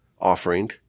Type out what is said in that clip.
offering